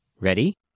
Ready